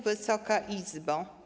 Wysoka Izbo!